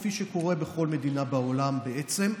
כפי שקורה בכל מדינה בעולם בעצם,